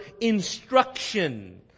instruction